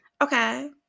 okay